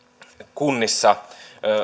kunnissa